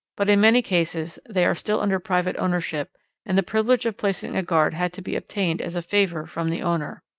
but in many cases they are still under private ownership and the privilege of placing a guard had to be obtained as a favour from the owner.